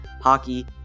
hockey